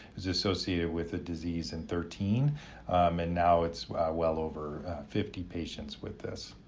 it's associated with a disease in thirteen and now, it's well over fifty patients with this.